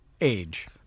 age